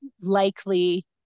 likely